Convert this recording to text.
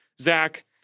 Zach